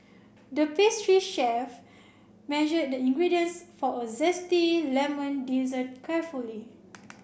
the pastry chef measured the ingredients for a zesty lemon dessert carefully